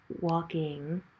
walking